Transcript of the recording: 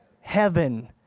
heaven